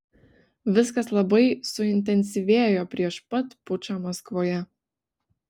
viskas labai suintensyvėjo prieš pat pučą maskvoje